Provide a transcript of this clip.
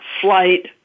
flight